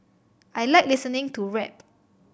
I like listening to rap